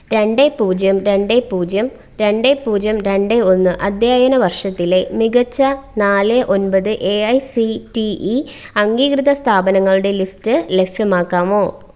രണ്ട് പൂജ്യം രണ്ട് പൂജ്യം രണ്ട് പൂജ്യം രണ്ട് ഒന്ന് അധ്യയനവർഷത്തിലെ മികച്ച നാല് ഒൻപത് A I C T E അംഗീകൃത സ്ഥാപനങ്ങളുടെ ലിസ്റ്റ് ലഭ്യമാക്കാമോ